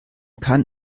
kann